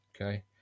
Okay